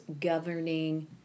governing